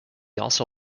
also